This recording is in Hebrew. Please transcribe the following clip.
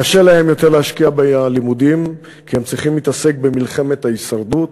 קשה להם יותר להשקיע בלימודים כי הם צריכים להתעסק במלחמת ההישרדות,